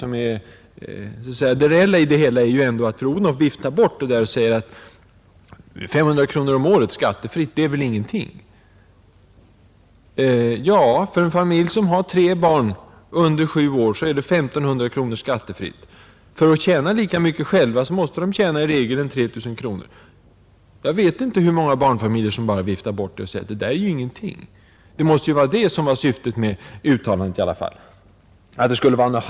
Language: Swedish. Men det reella i det hela är väl ända att fru Odhnoff viftar bort vårt förslag om vårdnadsbidrag och säger, att 500 kronor om året skattefritt inte är någonting. För en familj som har tre barn under sju år är det 1 500 kronor skattefritt. För att tjäna lika mycket måste man i regel tjäna 3 000 kronor. Jag vet inte hur många barnfamiljer som bara viftar bort detta och säger: ”Det där är ju ingenting.” Det måste vara detta som var syftet med uttalandet i alla fall.